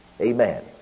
amen